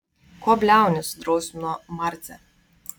ko bliauni sudrausmino marcę